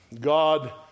God